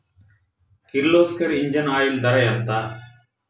Kirloskar engine oil ధర ఎంత?